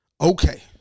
okay